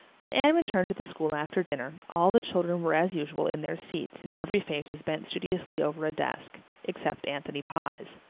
when anne returned to the school after dinner all the children were as usual in their seats and every face was bent studiously over a desk except anthony pye's.